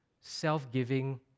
self-giving